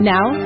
Now